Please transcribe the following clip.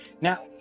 Now